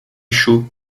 chauds